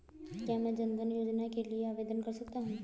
क्या मैं जन धन योजना के लिए आवेदन कर सकता हूँ?